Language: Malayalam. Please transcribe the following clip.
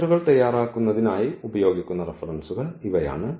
ലെക്ച്ചർകൾ തയ്യാറാക്കുന്നതിനായി ഉപയോഗിക്കുന്ന റഫറൻസുകൾ ഇവയാണ്